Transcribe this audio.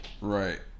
Right